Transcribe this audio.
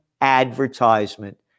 advertisement